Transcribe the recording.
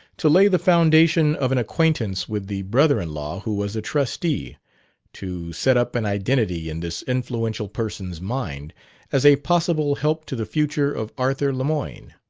to lay the foundation of an acquaintance with the brother-in-law who was a trustee to set up an identity in this influential person's mind as a possible help to the future of arthur lemoyne.